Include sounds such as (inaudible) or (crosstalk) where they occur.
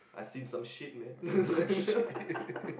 I've seen some shit man (laughs)